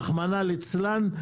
רחמנא לצלן,